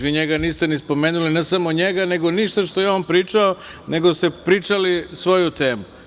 Vi njega niste ni spomenuli, ne samo njega, nego ništa što je on pričao, nego ste pričali svoju temu.